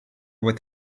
with